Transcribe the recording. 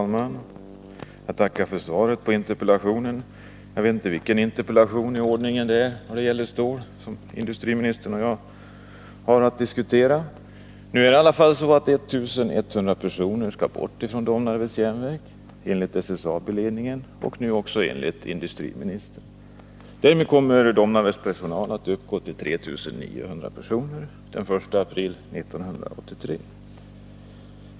Herr talman! Jag tackar för svaret på interpellationen — jag vet inte vilken interpellation i ordningen det är när det gäller stål som industriministern och jag har att diskutera. Nu är det i alla fall så att 1 100 personer skall bort från Domnarvets Jernverk, enligt SSAB-ledningen, och nu också enligt industriministern. Därmed kommer Domnarvets personal att uppgå till 3900 personer den 1 april 1983.